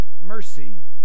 mercy